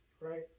Right